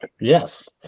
yes